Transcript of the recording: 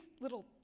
little